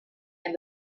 and